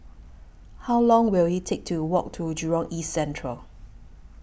How Long Will IT Take to Walk to Jurong East Central